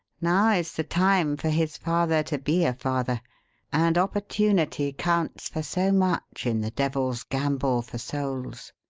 now is the time for his father to be a father and opportunity counts for so much in the devil's gamble for souls.